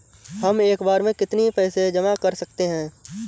हम एक बार में कितनी पैसे जमा कर सकते हैं?